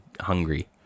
hungry